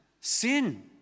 Sin